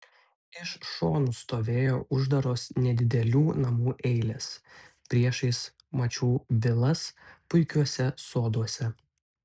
iš šonų stovėjo uždaros nedidelių namų eilės priešais mačiau vilas puikiuose soduose